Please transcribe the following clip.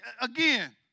again